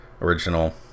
original